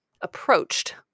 approached